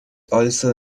also